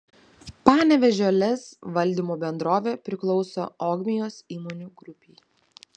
panevėžio lez valdymo bendrovė priklauso ogmios įmonių grupei